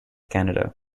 canada